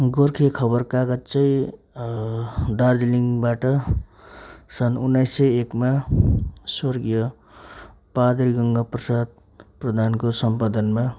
गोर्खे खबर कागज चाहिँ दार्जिलिङबाट सन् उन्नाइस सय एकमा स्वर्गिय पादरी गङ्गा प्रसाद प्रधानको सम्पादनमा